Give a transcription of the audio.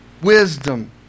Wisdom